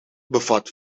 bevat